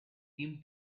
tim